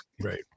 Right